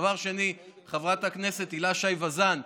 דבר שני, חברת הכנסת הילה שי וזאן,